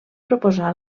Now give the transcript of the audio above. proposà